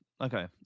okay